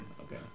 Okay